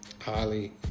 Highly